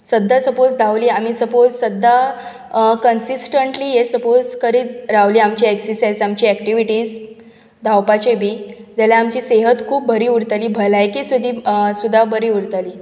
सद्दां सपोझ धांवलीं आमी सपोझ सद्दां कन्सिस्टंटली हें सपोझ करीत रावलीं आमची एक्सीर्साय्ज आमची एक्टिविटीज धांवपाचे बी जाल्यार आमची सेहत खूब बरी उरतली भलायकी सुदी सुद्दां बरी उरतली